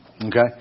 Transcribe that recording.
Okay